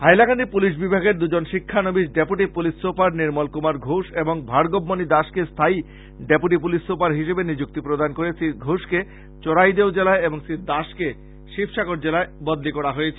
Hailakandi police বিভাগের দুজন শিক্ষানবিশ deputy police super Nirmal Kumar Ghosh এবং ভার্গবমনি দাসকে স্থায়ী ডেপুটি পুলিশ সুপার হিসেবে নিযুক্তি প্রদান করে শ্রী ঘোষকে চরাইদেও জেলায় এবং শ্রী দাস কে শিসাগর জেলায় বদলি করা হয়েছে